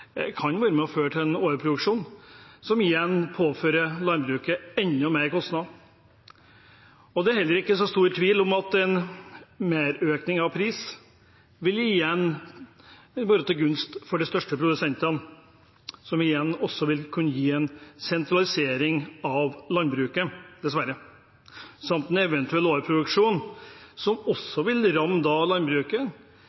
en overproduksjon som igjen påfører landbruket enda mer kostnader. Det er heller ikke så stor tvil om at en merøkning av pris vil være til gunst for de største produsentene, noe som igjen dessverre vil kunne gi en sentralisering av landbruket, samt en eventuell overproduksjon som også